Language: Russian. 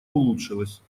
улучшилась